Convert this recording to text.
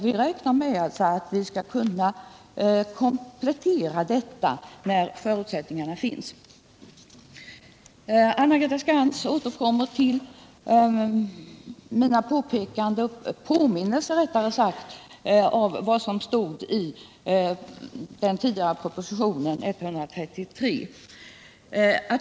Vi räknar med att vi skall kunna komplettera försäkringen när förutsättningarna finns. Anna-Greta Skantz återkommer till mina påminnelser om vad som stod i den tidigare propositionen, nr 133.